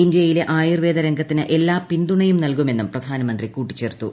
ഇന്ത്യയിലെ ആയുർവേദ രംഗത്തിന് എല്ലാ പിന്തുണയും നൽക്കുര്മെന്നും പ്രധാനമന്ത്രി കൂട്ടിച്ചേർത്തു